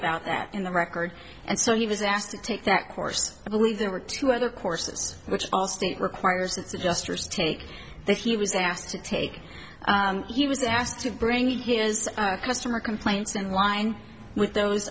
about that in the record and so he was asked to take that course i believe there were two other courses which all state requires adjustors take that he was asked to take he was asked to bring his customer complaints in line with those